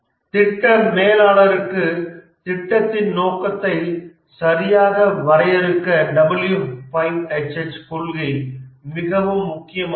திட்ட மேலாளருக்கு திட்டத்தின் நோக்கத்தை சரியாக வரையறுக்க W5HH கொள்கை மிகவும் முக்கியமானது